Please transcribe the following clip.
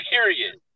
Period